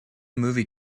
movie